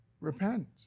Repent